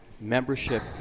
membership